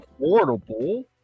affordable